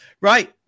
Right